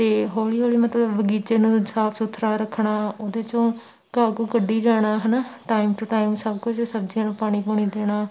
ਅਤੇ ਹੌਲੀ ਹੌਲੀ ਮਤਲਬ ਬਗੀਚੇ ਨੂੰ ਸਾਫ ਸੁਥਰਾ ਰੱਖਣਾ ਉਹਦੇ 'ਚੋਂ ਘਾਹ ਘੂਹ ਕੱਢੀ ਜਾਣਾ ਹੈ ਨਾ ਟਾਈਮ ਟੂ ਟਾਈਮ ਸਭ ਕੁਝ ਸਬਜ਼ੀਆਂ ਨੂੰ ਪਾਣੀ ਪੂਣੀ ਦੇਣਾ